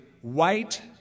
white